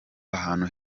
ahantu